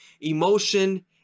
emotion